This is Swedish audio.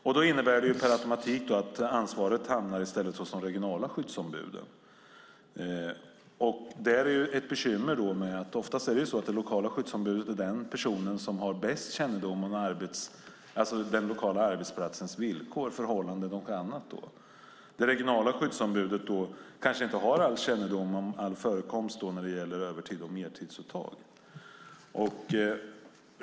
Det innebär per automatik att ansvaret i stället hamnar hos de regionala skyddsombuden. Där finns det bekymmer. Oftast har det lokala skyddsombudet bäst kännedom om den lokala arbetsplatsens villkor, förhållanden och annat. Det regionala skyddsombud kanske inte har kännedom om all förekomst när det gäller övertid och mertidsuttag.